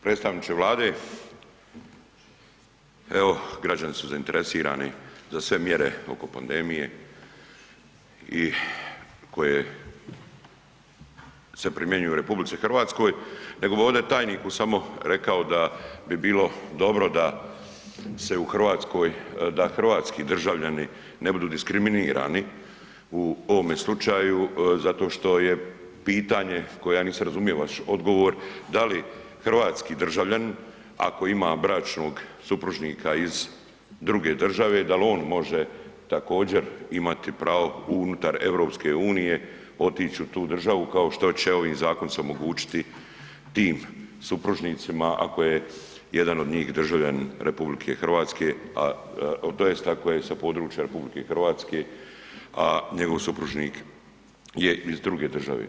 predstavniče Vlade, evo građani su zainteresirani za sve mjere oko pandemije i koje se primjenjuju u RH, nego bi ovdje tajniku samo rekao da bi bilo dobro da se u Hrvatskoj, da hrvatski državljani ne budu diskriminirani u ovome slučaju zato što je pitanje, koje ja nisam razumio vaš odgovor, da li hrvatski državljanin, ako ima bračnog supružnika iz druge države, da li on može također, imati pravo unutar EU otići u tu državu, kao što će ovim zakonom se omogućiti tim supružnicima, ako je jedan od njih državljanin RH, a, tj. ako je sa područja RH, a njegov supružnik je iz druge države.